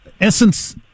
essence